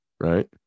Right